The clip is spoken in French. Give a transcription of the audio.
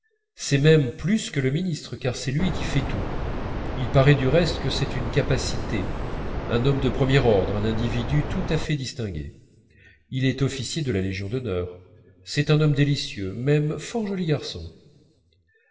c'est même plus que le ministre car c'est lui qui fait tout il paraît du reste que c'est une capacité un homme de premier ordre un individu tout à fait distingué il est officier de la légion d'honneur c'est un homme délicieux même fort joli garçon